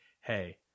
Hey